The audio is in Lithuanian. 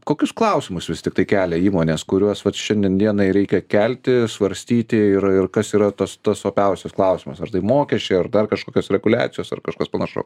kokius klausimus vis tiktai kelia įmonės kuriuos vat šiandien dienai reikia kelti svarstyti ir ir kas yra tas tas opiausias klausimas ar tai mokesčiai ar dar kažkokios spekuliacijos ar kažkas panašaus